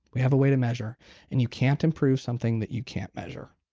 we have a way to measure and you can't improve something that you can't measure